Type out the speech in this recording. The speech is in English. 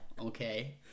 Okay